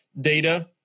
data